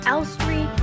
Elstree